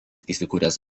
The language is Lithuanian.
įsikūręs